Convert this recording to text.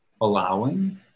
allowing